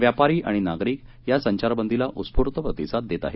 व्यापारी आणि नागरिक या संचारबंदीला उत्स्फूर्त प्रतिसाद देत आहेत